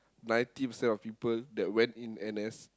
ninety percent of people that went in N_S